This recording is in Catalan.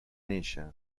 néixer